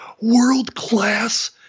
world-class